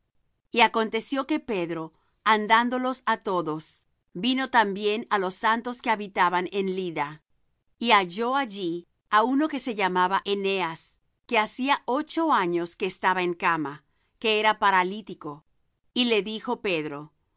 y aconteció que pedro andándolos á todos vino también á los santos que habitaban en lydda y halló allí á uno que se llamaba eneas que hacía ocho años que estaba en cama que era paralítico y le dijo pedro